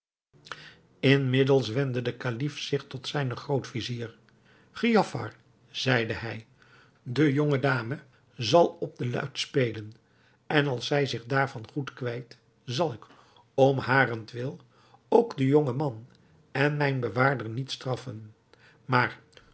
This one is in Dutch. inmiddels wendde de kalif zich tot zijn groot-vizier giafar zeide hij de jonge dame zal op de luit spelen en als zij zich daarvan goed kwijt zal ik om harentwil ook den jongen man en mijn bewaarder niet straffen maar